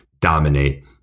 dominate